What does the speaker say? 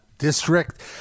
district